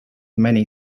many